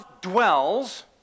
dwells